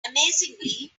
amazingly